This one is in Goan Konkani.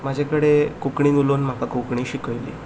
म्हजे कडेन कोंकणीन उलोवन म्हाका कोंकणी शिकयली